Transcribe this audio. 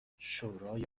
شورای